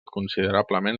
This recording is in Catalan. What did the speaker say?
considerablement